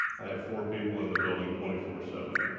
i have four people in the building twenty four seven.